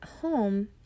home